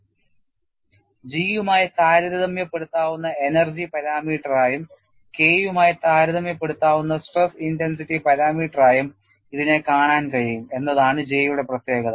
G യുമായി താരതമ്യപ്പെടുത്താവുന്ന energy പാരാമീറ്ററായും K യുമായി താരതമ്യപ്പെടുത്താവുന്ന സ്ട്രെസ് ഇന്റൻസിറ്റി പാരാമീറ്ററായും ഇതിനെ കാണാൻ കഴിയും എന്നതാണ് J യുടെ പ്രത്യേകത